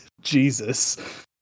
Jesus